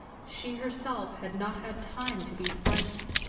she herself had not had time to be frightened.